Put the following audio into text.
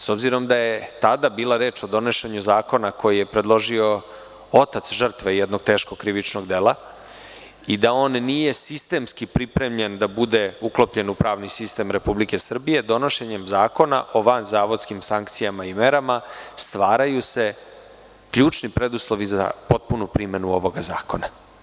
S obzirom da je tada bilo reči o donošenju zakona koji je predložio otac žrtve jednog teškog krivičnog dela i da on nije sistemski pripremljen da bude uklopljen u pravni sistem Republike Srbije, donošenjem Zakona o izvršenju vanzavodskim sankcijama i merama stvaraju se ključni preduslovi za potpunu primenu ovog zakona.